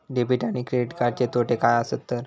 Debit आणि credit कार्डचे तोटे काय आसत तर?